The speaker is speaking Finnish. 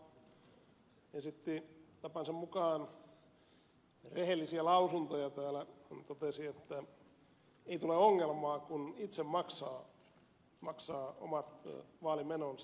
ukkola esitti tapansa mukaan rehellisiä lausuntoja täällä kun hän totesi että ei tule ongelmaa kun itse maksaa omat vaalimenonsa